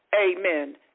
amen